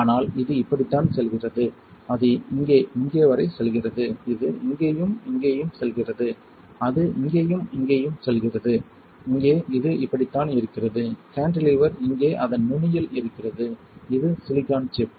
ஆனால் இது இப்படித்தான் செல்கிறது அது இங்கே இங்கே வரை செல்கிறது இது இங்கேயும் இங்கேயும் செல்கிறது அது இங்கேயும் இங்கேயும் செல்கிறது இங்கே இது இப்படித்தான் இருக்கிறது கான்டிலீவர் இங்கே அதன் நுனியில் இருக்கிறது இது சிலிக்கான் சிப்